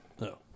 No